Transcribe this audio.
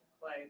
play